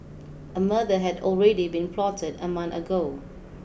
a murder had already been plotted a month ago